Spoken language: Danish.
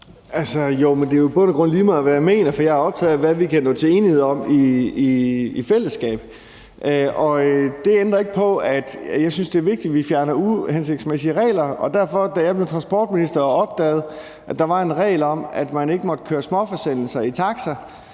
det er jo i bund og grund lige meget, hvad jeg mener, for jeg er optaget af, hvad vi kan nå til enighed om i fællesskab. Det ændrer ikke på, at jeg synes, det er vigtigt, at vi fjerner uhensigtsmæssige regler, og da jeg blev transportminister og opdagede, at der var en regel om, at man ikke måtte køre småforsendelser i taxa,